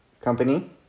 Company